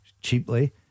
Cheaply